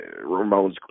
ramones